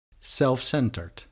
self-centered